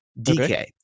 DK